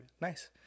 Nice